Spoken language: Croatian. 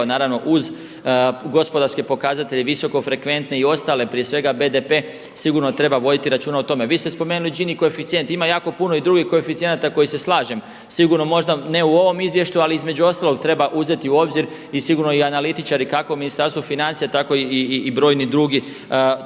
naravno uz gospodarske pokazatelje, visoko frekventne i ostale prije svega BDP, sigurno treba voditi računa o tome. Vi ste spomenuli Ginijev koeficijent, ima jako puno i drugih koeficijenata s kojima se slažem, sigurno možda ne u ovom izvješću ali između ostaloga treba uzeti u obzir i sigurno i analitičari, kako Ministarstvo financija tako i brojni drugi o